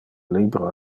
libro